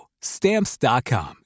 Stamps.com